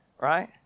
right